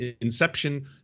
inception